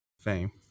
fame